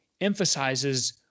emphasizes